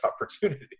opportunity